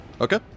Okay